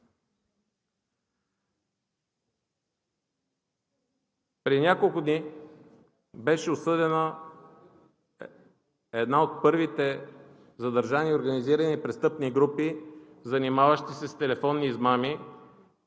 Преди няколко дни беше осъдена една от първите задържани организирани престъпни групи, занимаващи се с телефонни измами,